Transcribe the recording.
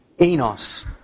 Enos